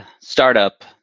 startup